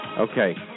Okay